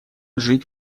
жить